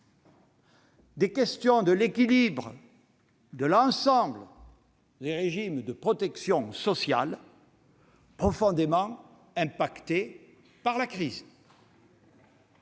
des questions liées à l'équilibre de l'ensemble des régimes de protection sociale, profondément affectés par la crise.